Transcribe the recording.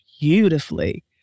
beautifully